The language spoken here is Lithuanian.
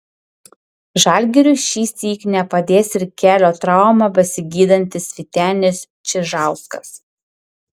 žalgiriui šįsyk nepadės ir kelio traumą besigydantis vytenis čižauskas